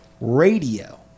radio